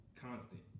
constant